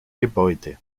gebäude